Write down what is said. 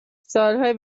سالهای